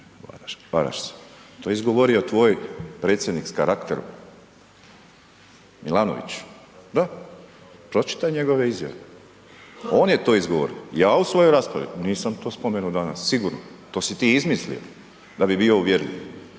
varaš se, to je izgovorio tvoj predsjednik s karakterom Milanović, da, pročitaj njegove izjave, on je to izgovorio, ja u svoj raspravni nisam spomenuo danas sigurno, to si ti izmislio da bi bio uvjerljiv,